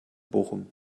bochum